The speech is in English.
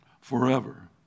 forever